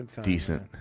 decent